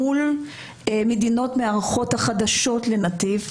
מול המדינות המארחות החדשות לנתיב,